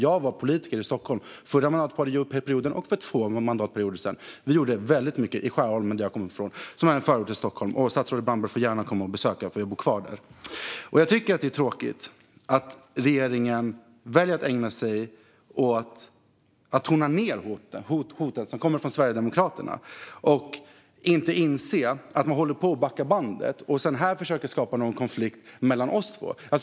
Jag var politiker i Stockholm under den förra mandatperioden och för två mandatperioder sedan. Vi gjorde väldigt mycket i Skärholmen, som jag kommer ifrån och som är en förort till Stockholm. Statsrådet Brandberg får också gärna komma och besöka mig, för jag bor kvar där. Jag tycker att det är tråkigt att regeringen väljer att ägna sig åt att tona ned hotet som kommer från Sverigedemokraterna. Man inser inte att man håller på att backa bandet, och här försöker man skapa någon sorts konflikt mellan oss två.